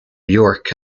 york